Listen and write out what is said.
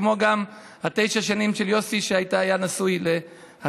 כמו גם תשע השנים של יוסי שהיה נשוי להדס.